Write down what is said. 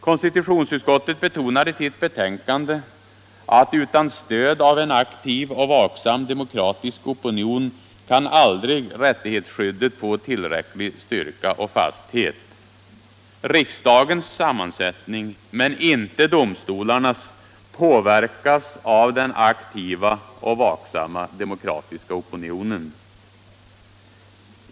Konstitutionsutskottet betonar i sitt betänkande: ”Utan stöd av en aktiv och vaksam demokratisk opinion kan aldrig rättighetsskyddet få tillräcklig styrka och fasthet.” Riksdagens sammansättning, men inte domstolarnas, påverkas av den aktiva och vaksamma demokratiska opi nionen.